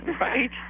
right